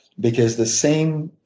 because the same